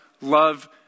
love